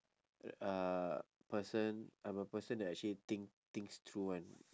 r~ uh person I'm a person that actually think things through [one]